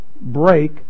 break